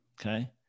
Okay